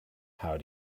how